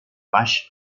baix